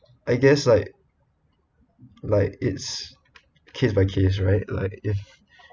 I guess like like it's case by case right like if